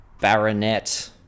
baronet